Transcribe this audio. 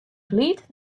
bliid